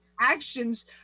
actions